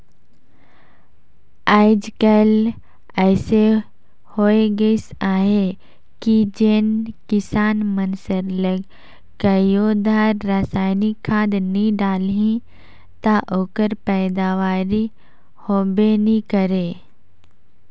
आएज काएल अइसे होए गइस अहे कि जेन किसान मन सरलग कइयो धाएर रसइनिक खाद नी डालहीं ता ओकर पएदावारी होबे नी करे